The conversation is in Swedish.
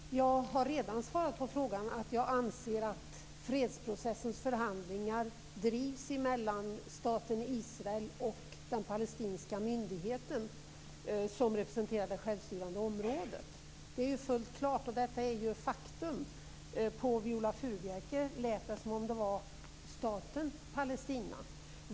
Fru talman! Jag har redan svarat att jag anser att fredsprocessens förhandlingar bedrivs mellan staten Israel och den palestinska myndighet, som representerar det självstyrande området. Det är fullt klart. Detta är ju ett faktum! På Viola Furubjelke lät det som om det var staten Palestina.